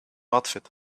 outfit